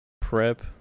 prep